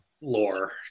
lore